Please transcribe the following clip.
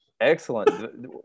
Excellent